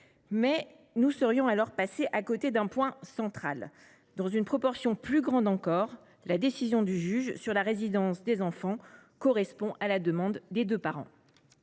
Mais nous passerions alors à côté d’un élément central : dans une proportion plus grande encore, la décision du juge en matière de résidence des enfants correspond à la demande des deux parents.